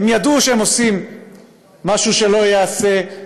הם ידעו שהם עושים משהו שלא ייעשה,